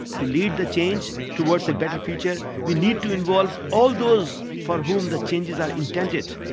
to lead the change towards a better future, we need to involve all those for whom the changes are intended,